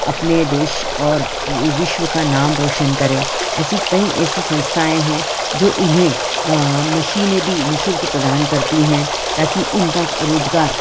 अपने देश और विश्व का नाम रौशन करें ऐसी कई ऐसी संस्थाएँ हैं जो इन्हें मशीनें भी निःशुल्क प्रदान करती हैं ताकि इनका रोज़गार